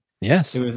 Yes